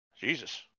Jesus